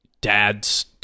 dad's